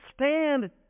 stand